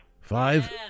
Five